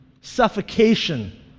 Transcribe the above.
suffocation